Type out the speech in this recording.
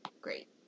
great